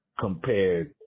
compared